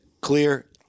clear